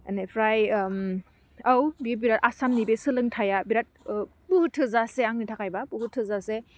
एनिफ्राय ओम औ बि बिरा आसामनि बे सोलोंथाइया बेराथ ओह बुहुत थोजासे आंनि थाखाय बा बुहुत थोजासे